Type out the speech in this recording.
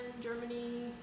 Germany